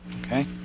Okay